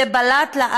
זה בלט לעין.